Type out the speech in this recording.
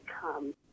come